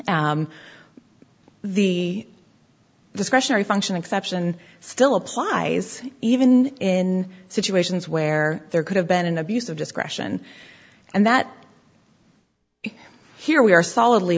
the discretionary function exception still applies even in situations where there could have been an abuse of discretion and that here we are solidly